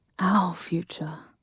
our future.